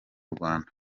rwanda